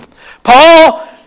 Paul